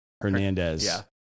Hernandez